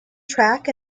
track